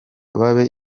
babe